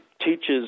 teaches